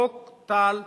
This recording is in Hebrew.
חוק טל,